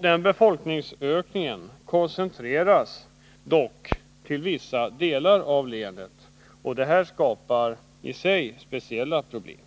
Den koncentreras dock till vissa delar av länet, och det skapar i sig speciella problem.